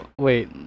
wait